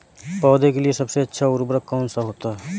पौधे के लिए सबसे अच्छा उर्वरक कौन सा होता है?